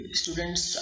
students